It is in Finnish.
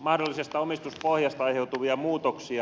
mahdollisesta omistuspohjasta aiheutuvia muutoksia